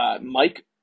Mike